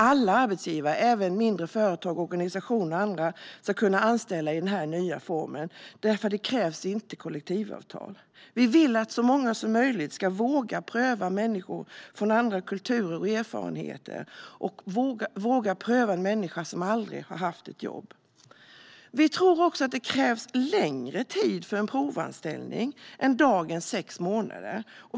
Alla arbetsgivare, även mindre företag, organisationer och andra, ska kunna anställa i denna nya form, för det krävs inte kollektivavtal. Vi vill att så många som möjligt ska våga prova människor från andra kulturer och med andra erfarenheter eller människor som aldrig haft ett jobb. Vi tror att det krävs längre tid för en provanställning än dagens sex månader.